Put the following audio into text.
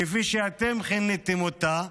כפי שאתם כיניתם אותה,